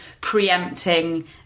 preempting